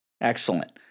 Excellent